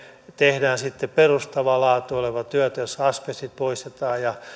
tehdään sitten perustavaa laatua olevaa työtä jossa asbestit poistetaan ja